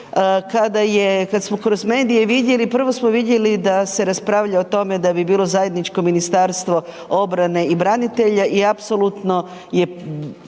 kad smo kroz medije vidjeli, prvo smo vidjeli da se raspravlja o tome da bi bilo zajedničko ministarstvo obrane i branitelja i apsolutno je